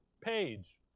page